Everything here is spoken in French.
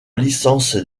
licence